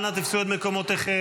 אנא תפסו את מקומותיכם.